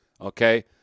Okay